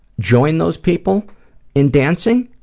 join those people in dancing